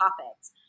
topics